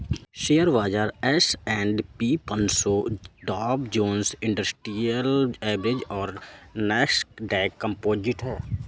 share बाजार S and P पनसो Dow Jones industrial average और नैस्डैक कंपोजिट है